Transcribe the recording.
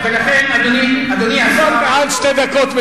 לפי מנהג הבוקר, הוא מדבר כבר מעל שתי דקות.